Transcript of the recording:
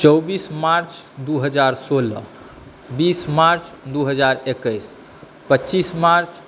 चौबीस मार्च दू हज़ार सोलह बीस मार्च दू हज़ार एकैस पच्चीस मार्च